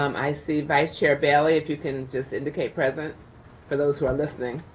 um i see vice chair bailey, if you can just indicate, present for those who are listening.